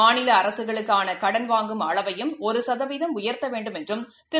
மாநிலஅரசுகளுக்கானகடன் வாங்கும் அளவையும் ஒருசதவீதம் உயர்த்தவேண்டும் என்றும் திரு